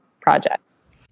projects